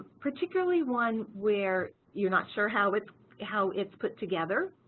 particularly one where you're not sure how its how its put together